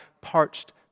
parched